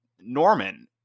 Norman